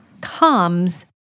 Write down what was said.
comes